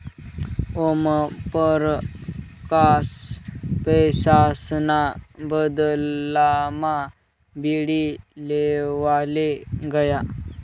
ओमपरकास पैसासना बदलामा बीडी लेवाले गया